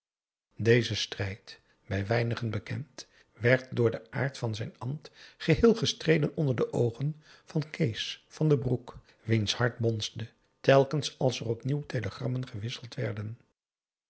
deze strijd bij weinigen bekend werd door den aard van zijn ambt geheel gestreden onder de oogen van kees van den broek wiens hart bonsde telkens als er opnieuw telegrammen gewisseld werden